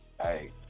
hey